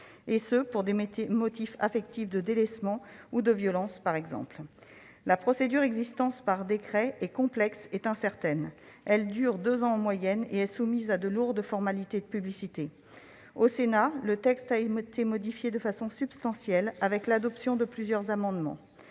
pour des motifs affectifs- délaissement ou violences, par exemple. La procédure existante, par décret, est complexe et incertaine. Elle dure deux ans en moyenne et est soumise à de lourdes formalités de publicité. Au Sénat, le texte a été modifié de façon substantielle par l'adoption de plusieurs amendements.